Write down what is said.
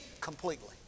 completely